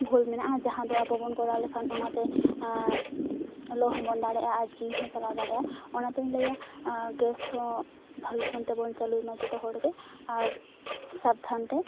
ᱵᱷᱩᱞ ᱢᱮᱱᱟᱜᱼᱟ ᱡᱟᱦᱟᱸ ᱫᱚ ᱟᱵᱚᱵᱚᱱ ᱠᱚᱨᱟᱣ ᱞᱮᱠᱷᱟᱱ ᱚᱱᱟᱛᱮ ᱞᱚ ᱦᱚᱵᱚᱱ ᱫᱟᱲᱮᱭᱟᱜᱼᱟ ᱡᱤᱣᱤ ᱦᱚᱸ ᱪᱟᱞᱟᱣ ᱫᱟᱲᱮᱭᱟᱜᱼᱟ ᱚᱱᱟᱛᱮᱧ ᱞᱟᱹᱭᱟ ᱜᱮᱥ ᱦᱚᱸ ᱵᱷᱟᱜᱮ ᱠᱷᱚᱱ ᱛᱮᱵᱚᱱ ᱪᱟ ᱞᱩᱭᱢᱟ ᱡᱚᱛᱚᱦᱚᱲ ᱜᱮ ᱟᱨ ᱥᱟᱵᱫᱷᱟᱱ ᱛᱮ